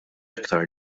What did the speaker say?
iktar